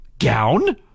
Gown